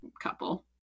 couple